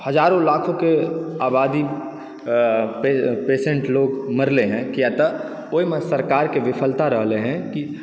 हजारो लाखोके आबादी पेसेन्ट लोग मरलै हँ किया तऽ ओहिमे सरकारके विफलता रहलै हँ कि